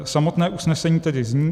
Samotné usnesení tedy zní: